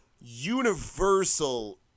universal